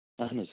اَہن حظ